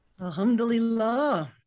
Alhamdulillah